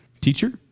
teacher